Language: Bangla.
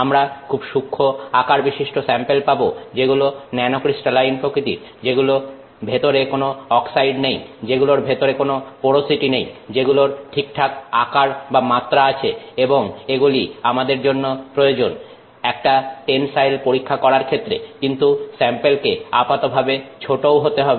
আমরা খুব সূক্ষ্ম আকারবিশিষ্ট স্যাম্পেল পাব যেগুলো ন্যানোক্রিস্টালাইন প্রকৃতির যেগুলো ভেতরে কোন অক্সাইড নেই যেগুলোর ভেতরে কোনো পোরোসিটি নেই যেগুলোর ঠিকঠাক আকার বা মাত্রা আছে এবং এগুলি আমাদের জন্য প্রয়োজন একটা টেনসাইল পরীক্ষা করার ক্ষেত্রে কিন্তু স্যাম্পেলকে আপাতভাবে ছোটও হতে হবে